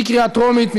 בקריאה טרומית.